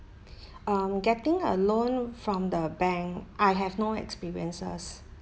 um getting a loan from the bank I have no experiences